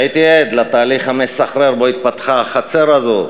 הייתי עד לתהליך המסחרר שבו התפתחה החצר הזו,